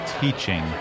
teaching